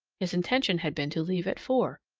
his intention had been to leave at four,